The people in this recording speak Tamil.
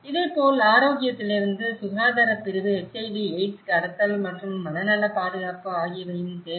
இதேபோல் ஆரோக்கியத்திலிருந்து சுகாதாரப் பிரிவு HIV எய்ட்ஸ் கடத்தல் மற்றும் மனநலப் பாதுகாப்பு ஆகியவையும் தேவைப்படும்